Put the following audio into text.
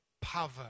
power